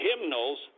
hymnals